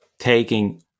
taking